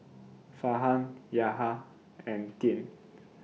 Farhan Yahya and Dian